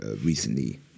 recently